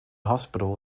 hospital